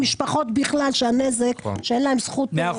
משפחות בכלל שאין להן זכות.